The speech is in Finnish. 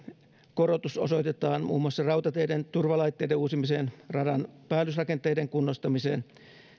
korotus osoitetaan muun muassa rautateiden turvalaitteiden uusimiseen radan päällysrakenteiden kunnostamiseen